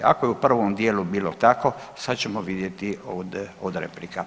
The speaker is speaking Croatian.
Ako je u provom dijelu bilo tako, sad ćemo vidjeti od replika.